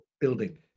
building